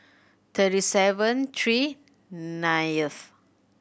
thirty seven three ninth